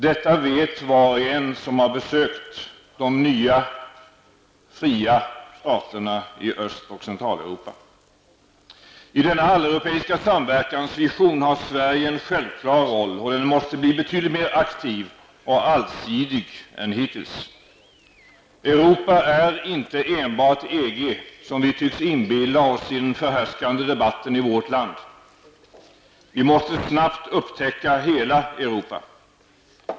Detta vet var och en som har besökt de nya, fria staterna i Öst och I denna alleuropeiska samverkansvision har Sverige en självklar roll. Den måste bli betydligt mer aktiv och allsidig än hittills. Europa är inte enbart EG, som vi tycks inbilla oss i den förhärskande debatten i vårt land. Vi måste snabbt upptäcka hela Europa.